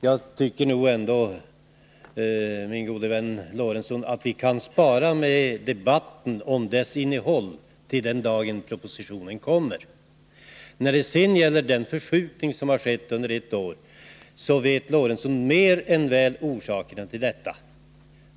Jag tycker nog, min gode vän Lorentzon, att vi kan spara debatten om den propositionens innehåll till den dag då den läggs fram. När det sedan gäller den förskjutning som skett under ett år så känner Sven Eric Lorentzon mer än väl till orsaken härtill.